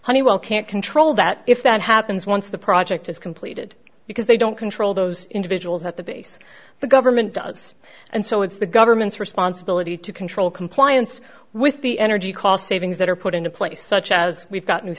honeywell can't control that if that happens once the project is completed because they don't control those individuals at the base the government does and so it's the government's responsibility to control compliance with the energy cost savings that are put into place such as we've got new